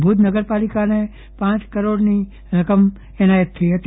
ભુજ નગરપાલિકાને પાંચ કરોડની રકમ એનાયત થઈ હતી